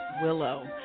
willow